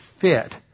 fit